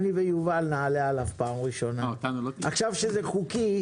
עכשיו שזה חוקי,